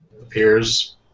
appears